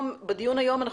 בדיון היום אנחנו